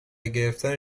گرفتن